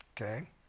Okay